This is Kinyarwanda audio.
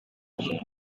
umuntu